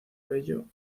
vello